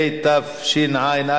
בעל העסק הקטן מפני כוחם של הגדולים.